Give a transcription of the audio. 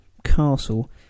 castle